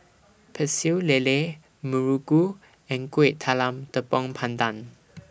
Pecel Lele Muruku and Kuih Talam Tepong Pandan